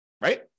Right